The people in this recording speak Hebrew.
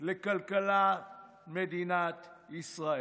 לכלכלת מדינת ישראל,